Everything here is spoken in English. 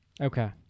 Okay